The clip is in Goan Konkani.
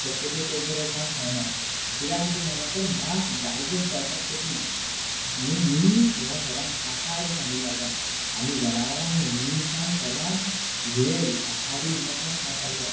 शक्यतो चडशे रोक मास खायनात किद्या खातीर खायना तर मास डायजस जावपाक कठीण म्हुणून मनीस व्हो सदांच शाखाहारी सांगिल्लो आसा आमी जानावरां न्हू मनिशान सदांच व्हॅज शाखाहारी म्हणटा तेंच खावपाक जाय